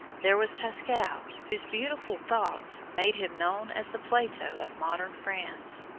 there was pascal, whose beautiful thoughts made him known as the plato of modern france.